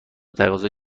تقاضای